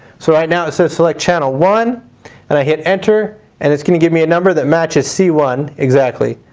so right now it says so select channel one and i hit enter and it's going to give me a number that matches c one exactly.